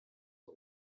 the